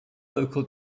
local